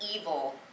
evil